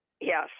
Yes